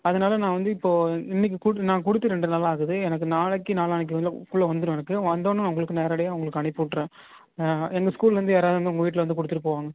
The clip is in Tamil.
அதனால் நான் வந்து இப்போது இன்றைக்கு நான் கொடுத்து ரெண்டு நாள் ஆகுது எனக்கு நாளைக்கு நாளான்னைக்குள்ளே வந்துடும் எனக்கு வந்தொடன்னே உங்களுக்கு நேரடியாக உங்களுக்கு அனுப்பி விட்றேன் எங்கள் ஸ்கூல்லேருந்து யாராவது வந்து உங்கள் வீட்டில் வந்து கொடுத்துட்டு போவாங்க